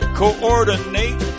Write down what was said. coordinate